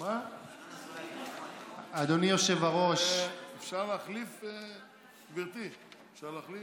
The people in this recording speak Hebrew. אדוני היושב-ראש, גברתי, אפשר להחליף?